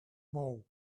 mode